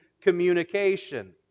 communication